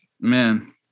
Man